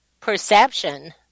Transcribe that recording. perception